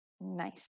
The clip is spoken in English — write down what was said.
Nice